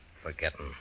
forgetting